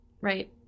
right